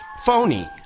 Phony